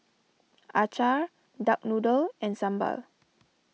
Acar Duck Noodle and Sambal